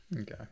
Okay